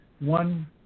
One